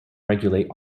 regulate